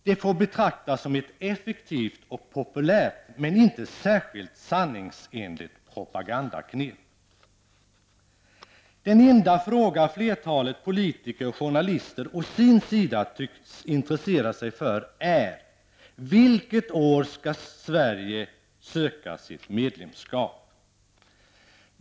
Det får betraktas som ett effektivt och populärt, men inte särskilt sanningsenligt propagandaknep. Den enda fråga som flertalet politiker och journalister, å sin sida, tycks intressera sig för är: Vilket år skall Sverige söka sitt medlemskap?